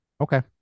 Okay